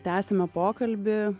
tęsiame pokalbį